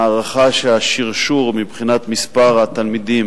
ההערכה היא שהשרשור מבחינת מספר התלמידים